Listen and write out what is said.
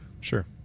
Sure